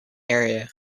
area